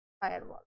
firewall